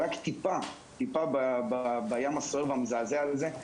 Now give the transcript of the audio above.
רק טיפה בים הסוער והמזעזע הזה,